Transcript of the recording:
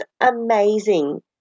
amazing